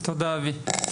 תודה, אבי.